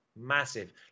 Massive